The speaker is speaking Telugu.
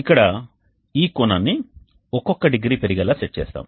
ఇక్కడ ఈ కోణాన్ని ఒక్కొక్క డిగ్రీ పెరిగేలా సెట్ చేస్తాము